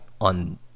on